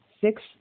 Six